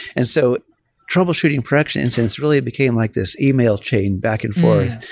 and so troubleshooting productions and it's really became like this email chain back and forth.